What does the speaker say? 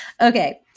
okay